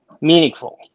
meaningful